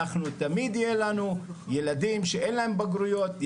תמיד יהיה לנו ילדים שאין להם בגרויות,